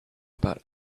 about